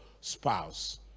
spouse